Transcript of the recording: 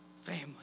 family